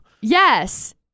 Yes